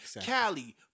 Cali